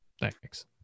Thanks